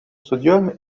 sodium